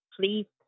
please